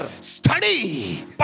Study